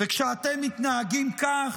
וכשאתם מתנהגים כך,